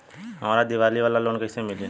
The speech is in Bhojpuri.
हमरा दीवाली वाला लोन कईसे मिली?